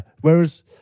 Whereas